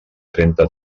trenta